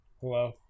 Hello